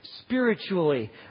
spiritually